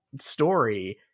story